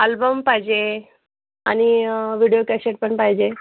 album पाहिजे आणि video cassette पण पाहिजे